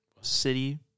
city